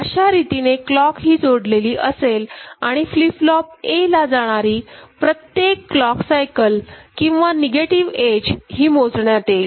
अशा रीतीने क्लॉक ही जोडलेली असेल आणि फ्लिप फ्लॉप A ला जाणारी प्रत्येक क्लॉक सायकल किंवा नेगेटिव्ह एज ही मोजण्यात येईल